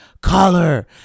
color